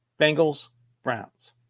Bengals-Browns